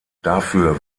dafür